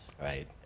Right